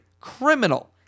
criminal